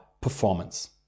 performance